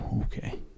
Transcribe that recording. Okay